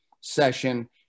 session